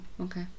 okay